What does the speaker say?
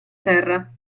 terra